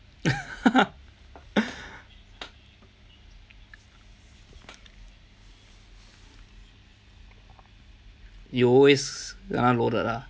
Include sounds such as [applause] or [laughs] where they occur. [laughs] you always kena loaded ah